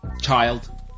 child